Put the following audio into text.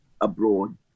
abroad